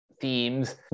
themes